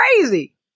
crazy